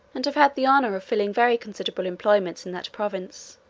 and have had the honour of filling very considerable employments in that province.